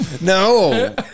No